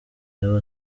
yaba